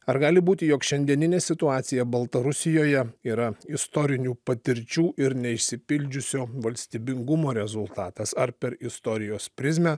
ar gali būti jog šiandieninė situacija baltarusijoje yra istorinių patirčių ir neišsipildžiusio valstybingumo rezultatas ar per istorijos prizmę